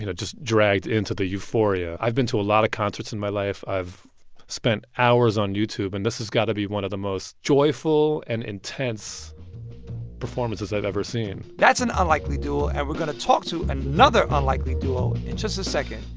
you know just dragged into the euphoria. i've been to a lot of concerts in my life. i've spent hours on youtube. and this has got to be one of the most joyful and intense performances i've ever seen that's an unlikely duo. and we're going to talk to another unlikely duo in just a second.